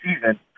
season